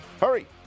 Hurry